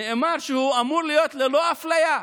נאמר שהוא אמור להיות ללא אפליה.